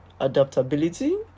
Adaptability